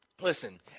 listen